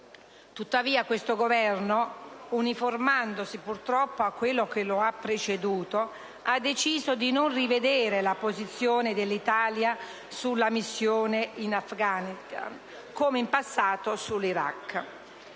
Tuttavia, questo Governo, uniformandosi purtroppo a quello che lo ha preceduto, ha deciso di non rivedere la posizione dell'Italia sulla missione in Afghanistan, come in passato sull'Iraq.